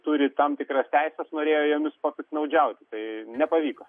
turi tam tikras teises norėjo jomis papiktnaudžiauti tai nepavyko